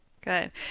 Good